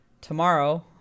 tomorrow